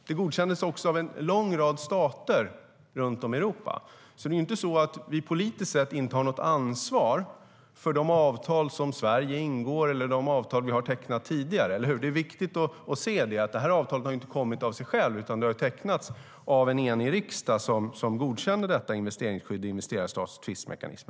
Det godkändes också av en lång rad stater runt om i Europa. Det är alltså inte så att vi politiskt sett inte har något ansvar för de avtal som Sverige ingår eller de avtal som vi har tecknat tidigare. Det är viktigt att se att detta avtal inte har kommit av sig självt, utan det har tecknats efter beslut från en enig riksdag som har godkänt detta investeringsskydd och en investerar-stat-tvistlösningsmekanism.